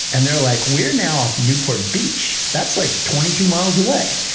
and they're like, we're now off newport beach. that's like twenty two miles away.